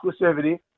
exclusivity